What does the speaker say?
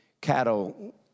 cattle